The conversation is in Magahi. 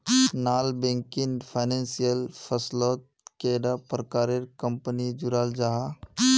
नॉन बैंकिंग फाइनेंशियल फसलोत कैडा प्रकारेर कंपनी जुराल जाहा?